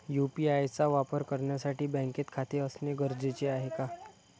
UPI चा वापर करण्यासाठी बँकेत खाते असणे गरजेचे आहे का?